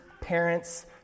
parents